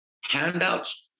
handouts